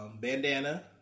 Bandana